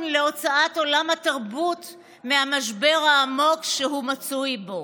להוצאת עולם התרבות מהמשבר העמוק שהוא מצוי בו.